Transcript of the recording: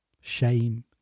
shame